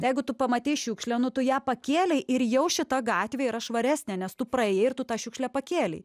jeigu tu pamatei šiukšlę nu tu ją pakėlei ir jau šita gatvė yra švaresnė nes tu praėjai ir tu tą šiukšlę pakėlei